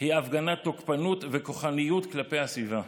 היא הפגנת תוקפנות וכוחניות כלפי הסביבה.